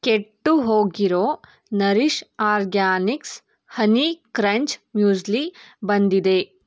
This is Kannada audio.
ಕೆಟ್ಟು ಹೋಗಿರೋ Nourish Organics honey crunch muesli ಬಂದಿದೆ